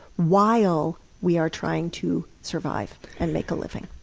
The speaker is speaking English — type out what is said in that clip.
while we are trying to survive and make a living.